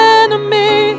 enemy